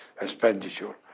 expenditure